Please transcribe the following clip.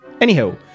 anyhow